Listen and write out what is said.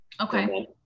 Okay